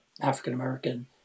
African-American